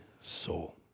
soul